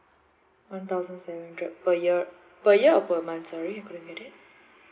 one thousand seven hundred per year per year or per month sorry I couldn't get it